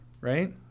right